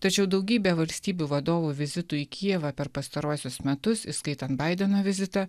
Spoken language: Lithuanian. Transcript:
tačiau daugybė valstybių vadovų vizitų į kijevą per pastaruosius metus įskaitant baideno vizitą